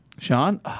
Sean